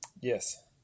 Yes